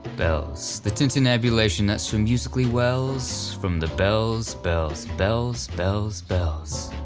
bells. the tintinnabulation that so musically wells from the bells, bells, bells, bells, bells.